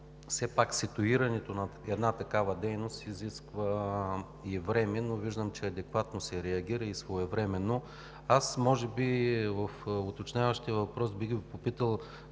пак ситуирането на една такава дейност изисква и време, но виждам, че се реагира адекватно и своевременно. Може би в уточняващия въпрос бих Ви попитал